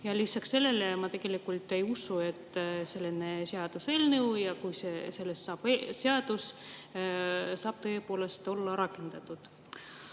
Lisaks sellele ma tegelikult ei usu, et selline seaduseelnõu, kui sellest saab seadus, saab tõepoolest olla rakendatud.